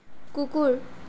কুকুৰ